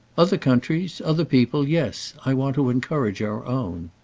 other countries. other people yes. i want to encourage our own.